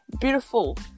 beautiful